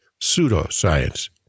pseudoscience